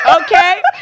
okay